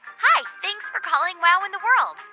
hi, thanks for calling wow in the world.